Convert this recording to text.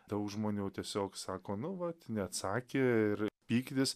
daug žmonių tiesiog sako nu vat neatsakė ir pyktis